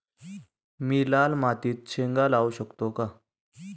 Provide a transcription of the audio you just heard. मी लाल मातीत शेंगा लावू शकतो का?